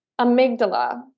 amygdala